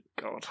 God